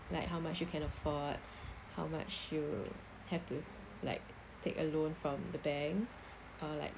like how much you can afford how much you have to like take a loan from the bank or like